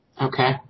Okay